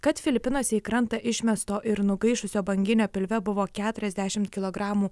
kad filipinuose į krantą išmesto ir nugaišusio banginio pilve buvo keturiasdešimt kilogramų